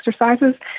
exercises